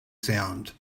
sound